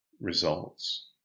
results